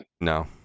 No